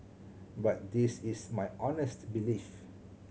but this is my honest belief